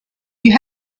you